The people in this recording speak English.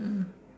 mm